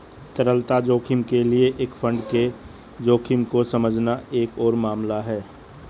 तरलता जोखिम के लिए एक फंड के जोखिम को समझना एक और मामला है